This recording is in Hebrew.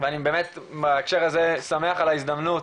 ובאמת אני בהקשר הזה שמח על ההזדמנות